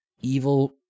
evil